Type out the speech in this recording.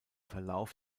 verlauf